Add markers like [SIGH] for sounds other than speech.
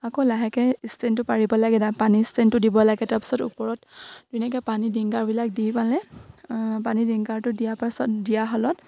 আকৌ লাহেকে ষ্টেণ্ডটো পাৰিব লাগে পানী ষ্টেণ্ডটো দিব লাগে তাৰপাছত ওপৰত ধুনীয়াকে পানী ডিংকাৰবিলাক দি পালে পানী ডিংকাৰটো দিয়াৰ পাছত দিয়া [UNINTELLIGIBLE]